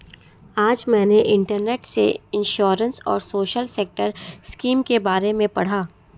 आज मैंने इंटरनेट से इंश्योरेंस और सोशल सेक्टर स्किम के बारे में पढ़ा